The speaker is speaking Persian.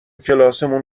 کلاسمون